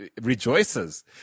rejoices